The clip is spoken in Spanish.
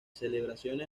celebraciones